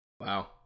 Wow